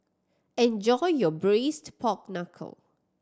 enjoy your Braised Pork Knuckle